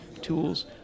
tools